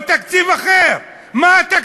המתכון,